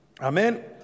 Amen